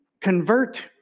convert